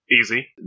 Easy